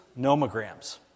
nomograms